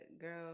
girl